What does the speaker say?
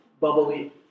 bubbly